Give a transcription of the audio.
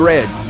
Red